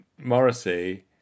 Morrissey